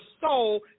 soul